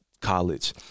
college